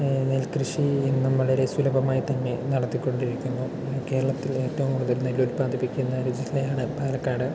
നെൽക്കൃഷി ഇന്നും വളരെ സുലഭമായിത്തന്നെ നടത്തിക്കൊണ്ട് ഇരിക്കുന്നു കേരളത്തിൽ ഏറ്റവും കൂടുതൽ നെല്ല് ഉല്പാദിപ്പിക്കുന്ന ഒരു ജില്ലയാണ് പാലക്കാട്